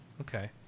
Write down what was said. Okay